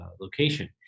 location